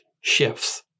shifts